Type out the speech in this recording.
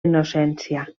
innocència